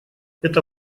это